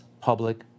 public